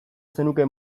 zenuke